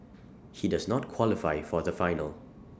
he does not qualify for the final